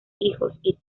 hijos